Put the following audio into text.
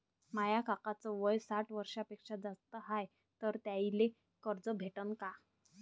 माया काकाच वय साठ वर्षांपेक्षा जास्त हाय तर त्याइले कर्ज भेटन का?